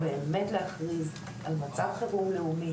ובאמת להכריז על מצב חירום לאומי.